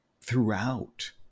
throughout